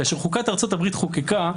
כאשר חוקת ארצות הברית חוקקה,